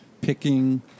picking